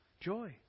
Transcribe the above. Joy